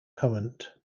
current